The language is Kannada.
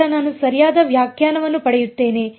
ನಂತರ ನಾನು ಸರಿಯಾದ ವ್ಯಾಖ್ಯಾನವನ್ನು ಪಡೆಯುತ್ತೇನೆ